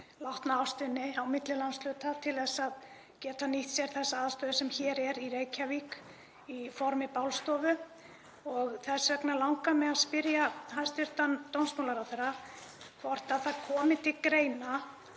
látna ástvini á milli landshluta til að geta nýtt sér þessa aðstöðu sem hér er í Reykjavík í formi bálstofu. Þess vegna langar mig að spyrja hæstv. dómsmálaráðherra hvort það komi til greina